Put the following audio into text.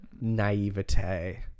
naivete